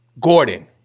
Gordon